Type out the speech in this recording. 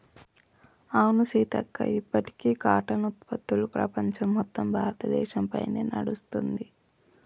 అవును సీతక్క ఇప్పటికీ కాటన్ ఉత్పత్తులు ప్రపంచం మొత్తం భారతదేశ పైనే నడుస్తుంది